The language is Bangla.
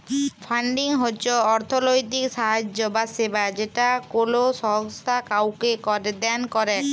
ফান্ডিং হচ্ছ অর্থলৈতিক সাহায্য বা সেবা যেটা কোলো সংস্থা কাওকে দেন করেক